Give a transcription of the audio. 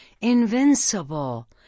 invincible